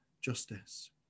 justice